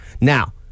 Now